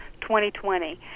2020